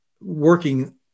working